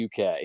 UK